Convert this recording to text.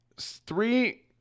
Three